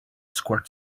squirt